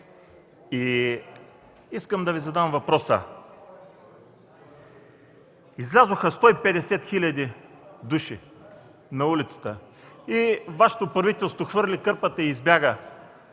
Искам да Ви задам въпроса. Излязоха 150 хиляди души на улицата и Вашето правителство хвърли кърпата и избяга,